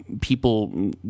people